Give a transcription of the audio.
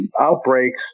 outbreaks